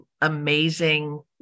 amazing